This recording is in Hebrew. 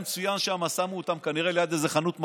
צוין שם ששמו אותם כנראה ליד איזו חנות מכולת,